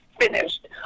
finished